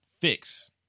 fix